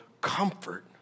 comfort